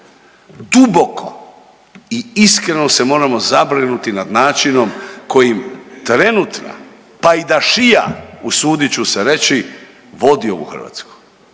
Duboko i iskreno se moramo zabrinuti nad načinom kojim trenutna pajdašija usudit ću se reći vodi ovu Hrvatsku.